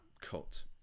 cut